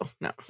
No